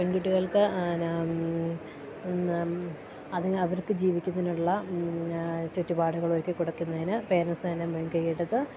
പെൺകുട്ടികൾക്ക് അതിനവർക്ക് ജീവിക്കുന്നതിനുള്ള ചുറ്റുപാടുകളൊരുക്കി കൊടുക്കുന്നതിന് പേരൻസ് തന്നെ മുൻകൈയെടുത്ത്